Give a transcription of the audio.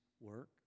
work